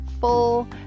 full